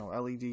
LED